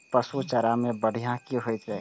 पशु चारा मैं बढ़िया की होय छै?